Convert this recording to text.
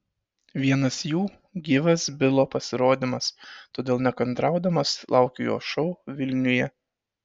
vienas jų gyvas bilo pasirodymas todėl nekantraudamas laukiu jo šou vilniuje